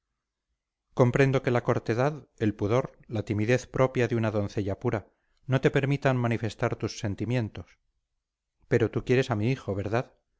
comprendo que la cortedad el pudor la timidez propia de una doncella pura no te permitan manifestar tus sentimientos pero tú quieres a mi hijo verdad